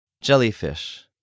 Jellyfish